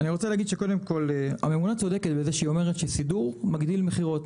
אני רוצה להגיד שקודם כל הממונה צודקת בזה שאומרת שסידור מגדיל מכירות,